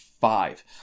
five